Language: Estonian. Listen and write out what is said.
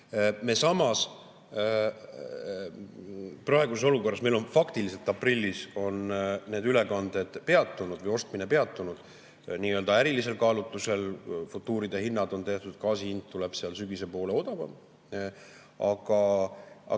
toetuse. Praeguses olukorras on faktiliselt aprillis need ülekanded peatunud või ostmine peatunud, nii-öelda ärilisel kaalutlusel futuuride hinnad on tehtud, gaasi hind tuleb sügise poole odavam. Aga